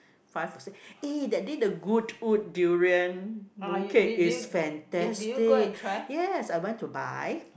five or six eh that day the Goodwood durian mooncake is fantastic yes I went to buy